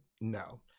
no